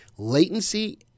Latency